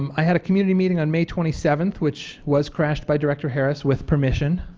um i had a community meeting on may twenty seven, which was crashed by director harris, with permission,